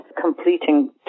completing